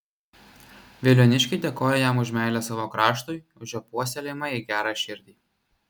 veliuoniškiai dėkoja jam už meilę savo kraštui už jo puoselėjimą ir gerą širdį